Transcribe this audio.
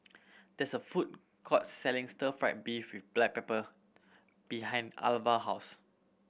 there is a food court selling stir fried beef with black pepper behind Alvah house